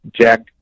jack